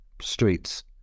streets